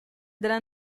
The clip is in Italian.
della